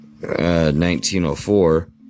1904